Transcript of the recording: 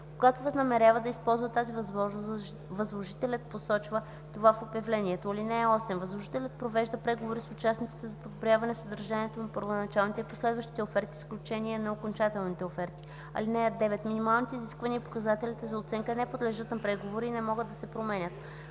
Когато възнамерява да използва тази възможност, възложителят посочва това в обявлението. (8) Възложителят провежда преговори с участниците за подобряване съдържанието на първоначалните и последващите оферти с изключение на окончателните оферти. (9) Минималните изисквания и показателите за оценка не подлежат на преговори и не могат да се променят.